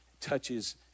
touches